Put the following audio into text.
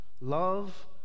love